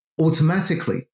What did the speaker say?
Automatically